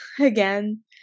again